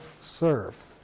serve